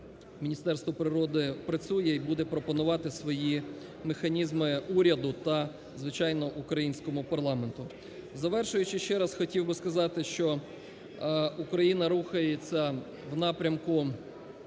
Міністерство природи працює і буде пропонувати свої механізми уряду та, звичайно, українському парламенту. Завершуючи, ще раз хотів би сказати, що Україна рухається в напрямку